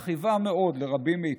מכאיבה לרבים מאיתנו,